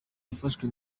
yafashwe